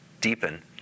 deepen